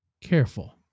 careful